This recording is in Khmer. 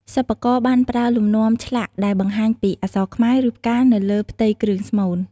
សិប្បករបានប្រើ លំនាំ ឆ្លាក់ដែលបង្ហាញពីអក្សរខ្មែរ ឬផ្កានៅលើផ្ទៃគ្រឿងស្មូន។